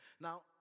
Now